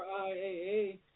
RIAA